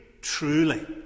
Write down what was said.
truly